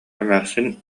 эмээхсин